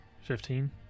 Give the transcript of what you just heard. Fifteen